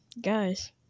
guys